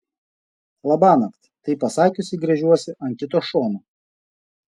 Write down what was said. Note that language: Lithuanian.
labanakt tai pasakiusi gręžiuosi ant kito šono